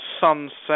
sunset